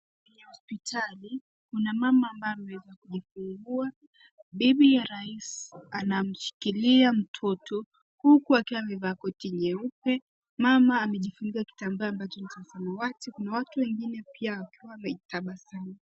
Kwenye hospitali kuna mama ambaye ameweza kujifungua. Bibi ya rais anamshikilia mtoto huku akiwa amevaa koti nyeupe. Mama amejifunika kitambaa ambacho ni cha samawati. Kuna watu wengine pia wakiwa wametabasamu.